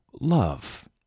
love